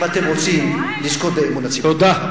אם אתם רוצים לזכות באמון הציבור.